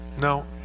No